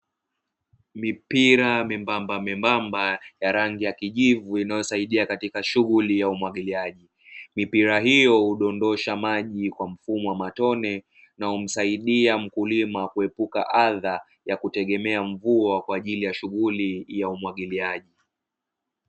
Mipira membamemba ya rangi ya kijivu inayo saidia katika shughuli ya umwagiliaji. Mipira hiyo hudondosha maji kwa mfumo wa matone, na humsaidia mkulima kuepuka adha ya kutegemea mvua kwa ajili ya shughuli ya umwagiliaji.